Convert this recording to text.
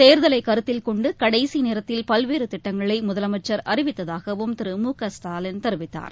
தேர்தலை கருத்தில் கொண்டு கடைசி நேரத்தில் பல்வேறு திட்டங்களை முதலமைச்சர் அறிவித்ததாகவும் திரு மு க ஸ்டாலின் தெரிவித்தார்